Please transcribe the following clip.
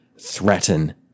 threaten